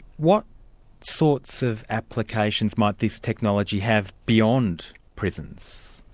what sorts of applications might this technology have beyond prisons?